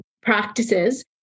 practices